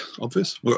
obvious